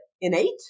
innate